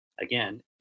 again